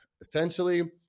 Essentially